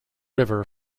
river